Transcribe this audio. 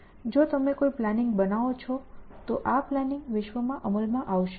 જો તમે કોઈ પ્લાનિંગ બનાવો છો તો આ પ્લાનિંગ વિશ્વમાં અમલમાં આવશે